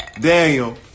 Daniel